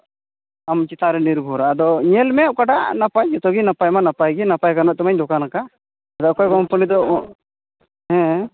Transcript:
ᱟᱢ ᱪᱮᱛᱟᱱ ᱨᱮ ᱱᱤᱨᱵᱷᱚᱨᱟ ᱟᱫᱚ ᱧᱮᱞ ᱢᱮ ᱚᱠᱟᱴᱟᱜ ᱱᱟᱯᱟᱭ ᱡᱚᱛᱚ ᱜᱮ ᱱᱟᱯᱟᱭ ᱢᱟ ᱱᱟᱯᱟᱭ ᱠᱟᱨᱚᱱᱟᱜ ᱛᱮᱢᱟᱧ ᱫᱚᱠᱟᱱᱟᱠᱟᱫ ᱟᱫᱚ ᱚᱠᱚᱭ ᱠᱳᱢᱯᱟᱱᱤ ᱫᱚ ᱦᱮᱸ